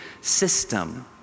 system